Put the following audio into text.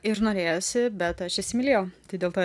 ir norėjosi bet aš įsimylėjau tai dėl to